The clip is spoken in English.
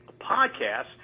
podcast